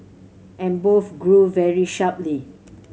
and both grew very sharply